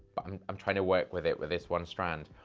i'm i'm trying to work with it with this one strand.